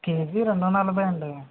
KG రెండూ నలభై అండి